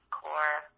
core